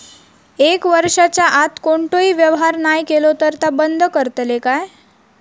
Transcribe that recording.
एक वर्षाच्या आत कोणतोही व्यवहार नाय केलो तर ता बंद करतले काय?